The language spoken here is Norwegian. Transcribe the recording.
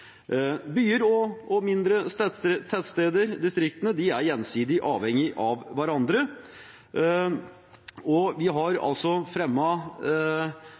Byer og mindre tettsteder i distriktene er gjensidig avhengig av hverandre. Vi har